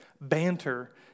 banter